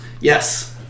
Yes